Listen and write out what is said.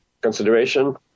consideration